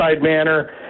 manner